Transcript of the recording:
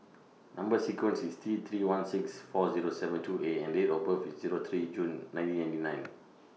Number sequence IS T three one six four Zero seven two A and Date of birth IS Zero three June nineteen ninety nine